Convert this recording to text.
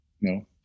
No